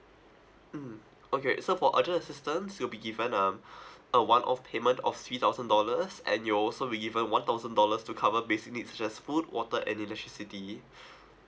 mm okay so for urgent assistance you'll be given um a one off payment of three thousand dollars and you'll also be given one thousand dollars to cover basically it's just food water and electricity